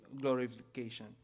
glorification